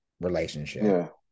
relationship